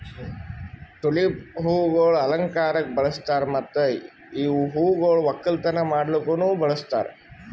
tulip ಹೂವುಗೊಳ್ ಅಲಂಕಾರಕ್ ಬಳಸ್ತಾರ್ ಮತ್ತ ಇವು ಹೂಗೊಳ್ ಒಕ್ಕಲತನ ಮಾಡ್ಲುಕನು ಬಳಸ್ತಾರ್